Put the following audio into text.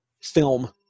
Film